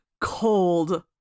cold